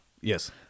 Yes